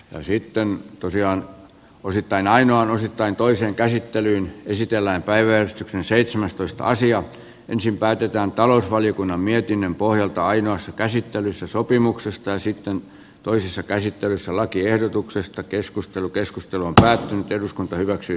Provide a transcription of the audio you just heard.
ja sitten tosiaan vuosittain aina on osittain toisen käsittelyn pysytellä päivän seitsemästoista asiaa ensin päätetään talousvaliokunnan mietinnön pohjalta ainoassa käsittelyssä sopimuksesta ja sitten toisessa käsittelyssä lakiehdotuksestakeskustelu keskustelu on päättynyt eduskunta hyväksyi